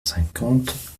cinquante